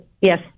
yes